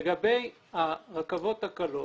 לגבי הרכבות הקלות,